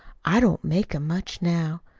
i don't make em much now.